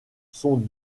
sont